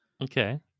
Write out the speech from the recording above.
Okay